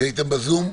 כשהייתם בזום?